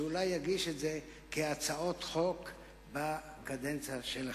ואולי הוא יגיש את זה כהצעות חוק בקדנציה שלכם.